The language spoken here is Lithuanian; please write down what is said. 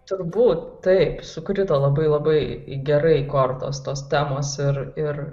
turbūt taip sukrito labai labai gerai kortos tos temos ir ir